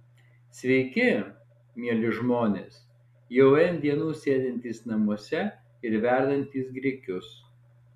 sveiki mieli žmonės jau n dienų sėdintys namuose ir verdantys grikius